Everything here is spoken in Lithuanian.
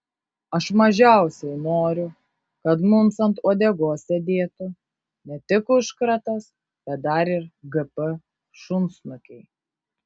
aš mažiausiai noriu kad mums ant uodegos sėdėtų ne tik užkratas bet dar ir gp šunsnukiai